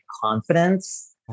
confidence